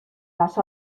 las